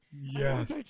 Yes